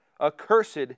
Accursed